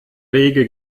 wege